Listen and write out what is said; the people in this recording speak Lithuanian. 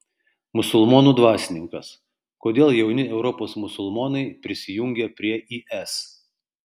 musulmonų dvasininkas kodėl jauni europos musulmonai prisijungia prie is